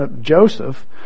Joseph